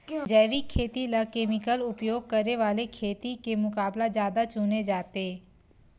जैविक खेती ला केमिकल उपयोग करे वाले खेती के मुकाबला ज्यादा चुने जाते